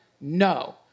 no